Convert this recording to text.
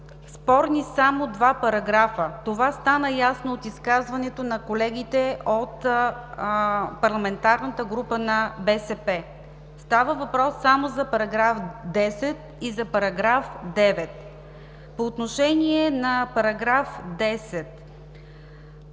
спорни само два параграфа. Това стана ясно от изказването на колегите от парламентарната група на БСП – става въпрос само за § 10 и за § 9. По отношение на това какво